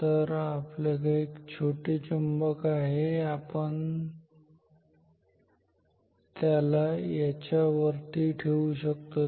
तर आपल्याकडे छोटे चुंबक आहे ज्याला आपण याच्या वरती ठेवू शकतो